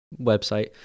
website